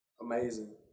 Amazing